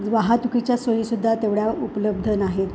वाहतुकीच्या सोयीसुद्धा तेवढ्या उपलब्ध नाहीत